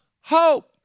hope